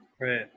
Right